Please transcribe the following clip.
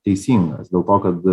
teisingas dėl to kad